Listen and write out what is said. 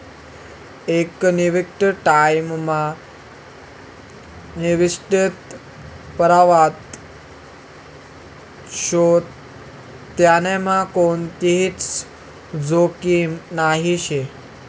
एक निश्चित टाइम मा निश्चित परतावा शे त्यांनामा कोणतीच जोखीम नही शे